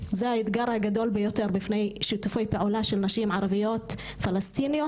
זה האתגר הגדול ביותר בפני שיתופי פעולה של נשים ערביות פלסטיניות,